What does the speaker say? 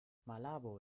malabo